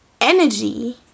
energy